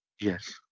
Yes